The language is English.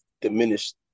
diminished